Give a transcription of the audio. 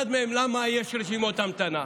אחד מהם: למה יש רשימות המתנה.